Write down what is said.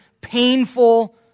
painful